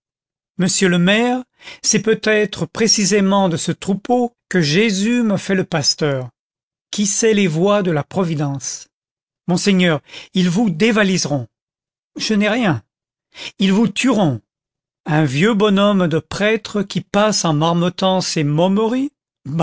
monsieur le maire c'est peut-être précisément de ce troupeau que jésus me fait le pasteur qui sait les voies de la providence monseigneur ils vous dévaliseront je n'ai rien ils vous tueront un vieux bonhomme de prêtre qui passe en marmottant ses